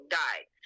died